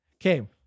Okay